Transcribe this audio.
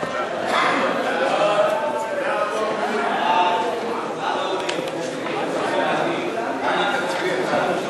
ההצעה להעביר את הצעת חוק